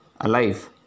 alive